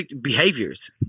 behaviors